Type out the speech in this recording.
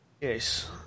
Yes